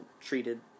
treated